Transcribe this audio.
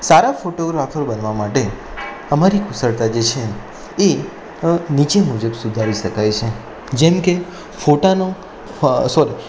સારા photographer બનવા માટે અમારી કુશળતા જે છે એ નીચે મુજબ સુધારી શકાય છે જેમકે ફોટાનો સોરી